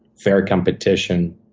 fair competition,